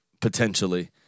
Potentially